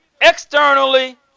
externally